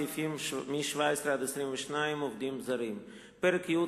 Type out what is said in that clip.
סעיפים 17 22 (עובדים זרים); פרק י',